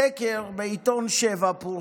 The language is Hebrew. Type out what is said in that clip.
פורסם סקר בעיתון בשבע,